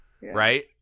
right